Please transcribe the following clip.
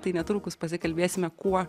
tai netrukus pasikalbėsime kuo